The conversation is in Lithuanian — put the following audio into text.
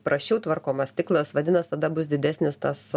prasčiau tvarkomas stiklas vadinas tada bus didesnis tas